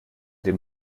dem